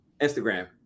Instagram